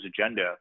agenda